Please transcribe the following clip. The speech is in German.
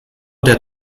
der